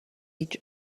each